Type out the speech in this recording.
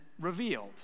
revealed